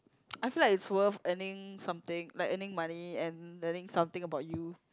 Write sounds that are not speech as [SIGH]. [NOISE] I feel like it's worth earning something like earning money and learning something about you